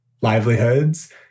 livelihoods